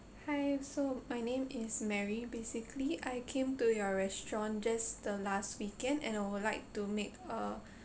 hi so my name is mary basically I came to your restaurant just the last weekend and I would like to make a